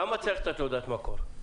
למה צריך את תעודת המקור?